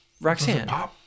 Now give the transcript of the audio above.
Roxanne